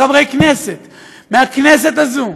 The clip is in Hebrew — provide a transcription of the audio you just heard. חברי כנסת מהכנסת הזאת,